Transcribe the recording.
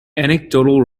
anecdotal